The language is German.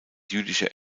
jüdische